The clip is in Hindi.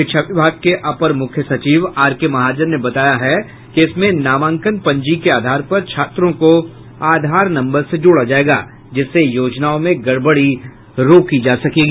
शिक्षा विभाग के अपर मुख्य सचिव आरके महाजन ने बताया है कि इसमें नामांकन पंजी के आधार पर छात्रों को आधार नम्बर से जोड़ा जायेगा जिससे योजनाओं में गड़बड़ी रोकी जा सकेगी